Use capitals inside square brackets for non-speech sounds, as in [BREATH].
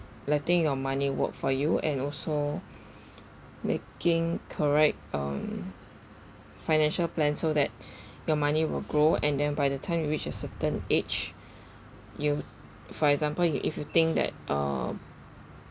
letting your money work for you and also [BREATH] [NOISE] making correct um financial plan so that [BREATH] your money will grow and then by the time you reach a certain age [BREATH] you for example you if you think that um